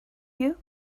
you